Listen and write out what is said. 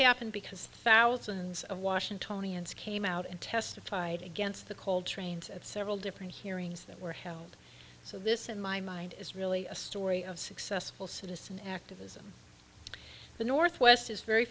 happened because thousands of washingtonians came out and testified against the coal trains at several different hearings that were held so this in my mind is really a story of successful citizen activism the northwest is very